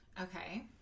Okay